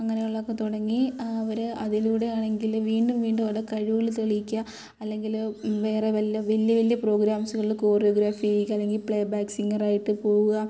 അങ്ങനെയുള്ളതൊക്കെ തുടങ്ങി അവർ അതിലൂടെയാണെങ്കിൽ വീണ്ടും വീണ്ടും അവരുടെ കഴിവുകൾ തെളിയിക്കുക അല്ലെങ്കിൽ വേറെ വല്ല വലിയ വലിയ പ്രോഗ്രാംസുകളിൽ കൊറിയോഗ്രഫി അല്ലെങ്കിൽ പ്ലേബാക്ക് സിംഗർ ആയിട്ട് പോവുക